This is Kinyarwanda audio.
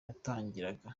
yatangiraga